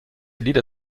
lieder